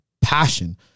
passion